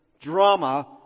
drama